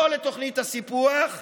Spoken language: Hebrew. לא לתוכנית הסיפוח,